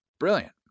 brilliant